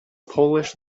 polish